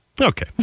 Okay